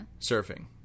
Surfing